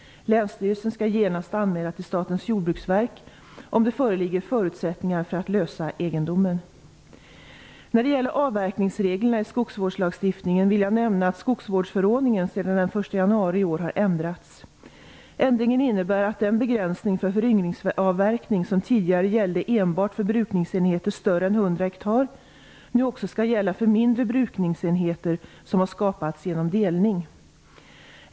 Länsstyrelsen skall genast anmäla till Statens jordbruksverk om det föreligger förutsättningar för att lösa egendomen. När det gäller avverkningsreglerna i skogsvårdslagstiftningen vill jag nämna att skogsvårdsförordningen sedan den 1 januari i år har ändrats. Ändringen innebär att den begränsning för föryngringsavverkning som tidigare gällde enbart för brukningsenheter större än 100 hektar nu också skall gälla för mindre brukningsenheter som har skapats genom delning.